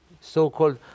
so-called